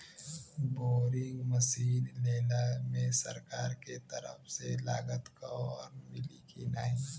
Boring machine लेला मे सरकार के तरफ से लागत कवर मिली की नाही?